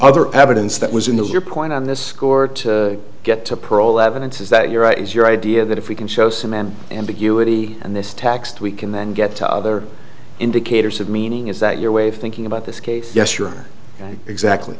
other evidence that was in the your point on this score to get to parole evidence is that your right is your idea that if we can show some an ambiguity and this taxed we can then get to other indicators of meaning is that your way of thinking about this case yes you're exactly